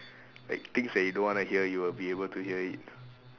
like things that you don't wanna hear you will be able to hear it